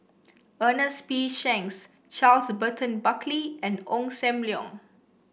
Ernest P Shanks Charles Burton Buckley and Ong Sam Leong